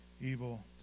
evil